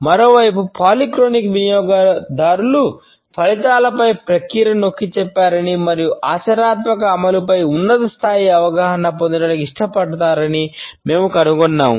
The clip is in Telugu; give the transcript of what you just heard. మరోవైపు పాలిక్రోనిక్ వినియోగదారులు ఫలితాలపై ప్రక్రియను నొక్కిచెప్పారని మరియు ఆచరణాత్మక అమలుపై ఉన్నత స్థాయి అవగాహన పొందటానికి ఇష్టపడతారని మేము కనుగొన్నాము